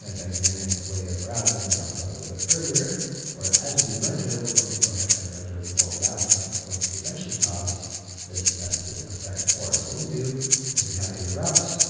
ah dynamic way of routing as i talked about a little bit earlier where, as we render, we're going to go ahead and render more routes and that's what's going to eventually cause this nested effect for us. what we'll do as we have a route,